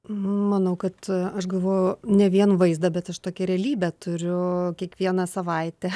manau kad aš gavoju ne vien vaizdą bet aš tokią realybę turiu kiekvieną savaitę